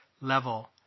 level